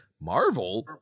Marvel